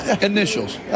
Initials